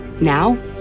now